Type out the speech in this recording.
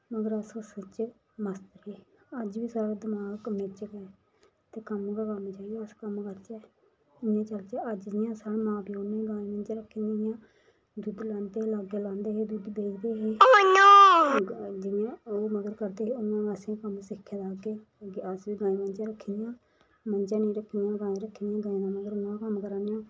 मगर अस उस्सै च गै मस्त हे अज्ज बी साढ़ा दमाग कम्मै च गै ऐ ते कम्म गै कम्म चाहिदा बस कम्म करचै इयां चचलै अज्ज जियां साढ़े मां प्यो ने गवां मजां रक्खियां दुद्ध लागै लांदे हे दुद्ध बेचदे हे जियां ओह् कम्म करदे हे उयां गै असें कम्म सिक्खे दा असें बी दो मंजा रक्खी दियां दो गवां रक्खी दियां उयां गै कम्म करा ने